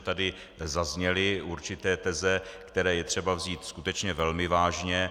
Tady zazněly určité teze, které je třeba vzít skutečně velmi vážně.